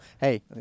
hey